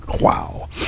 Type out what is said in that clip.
wow